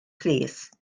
plîs